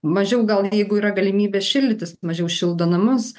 mažiau gal jeigu yra galimybė šildytis mažiau šildo namus